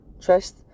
trust